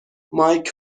مایک